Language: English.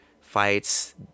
fights